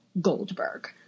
Goldberg